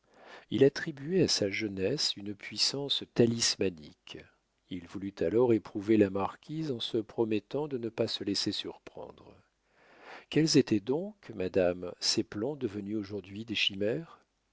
il attribuait à sa jeunesse une puissance talismanique il voulut alors éprouver la marquise en se promettant de ne pas se laisser surprendre quels étaient donc madame ces plans devenus aujourd'hui des chimères